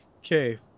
okay